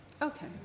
okay